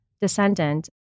descendant